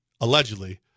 allegedly